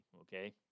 okay